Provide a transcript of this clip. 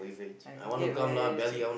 I can get very cheap